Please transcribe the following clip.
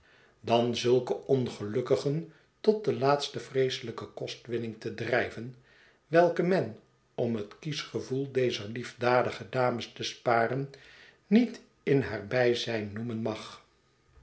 dan zulke ongelukkigen tot de laatste vreeselijke kostwinning te drijven welke men om het kiesch gevoel dezer liefdadige dames te sparen niet in haar bijzijn noemen mag